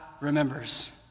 remembers